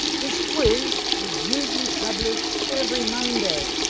this quiz is usually published every monday,